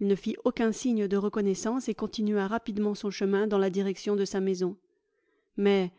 il ne lit aucun signe de reconnaissance et continua rapidement son chemin dans la direction de sa maison mais